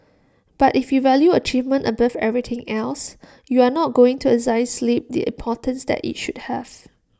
but if you value achievement above everything else you're not going to assign sleep the importance that IT should have